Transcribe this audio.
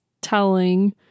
telling